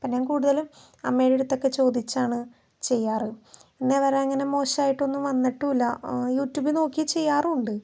അപ്പം ഞാൻ കൂടുതലും അമ്മയുടെ അടുത്തൊക്കെ ചോദിച്ചാണ് ചെയ്യാറ് ഇന്നേ വരെ അങ്ങനെ മോശായിട്ടൊന്നും വന്നിട്ടുമില്ല യൂ ട്യൂബിൽ നോക്കി ചെയ്യാറും ഉണ്ട്